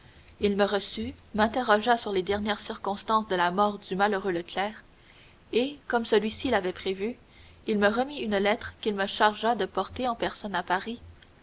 il me reçut m'interrogea sur les dernières circonstances de la mort du malheureux leclère et comme celui-ci l'avait prévu il me remit une lettre qu'il me chargea de porter en personne à paris